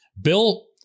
Bill